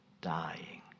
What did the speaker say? dying